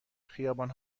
خیابان